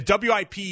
WIP